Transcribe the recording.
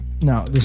No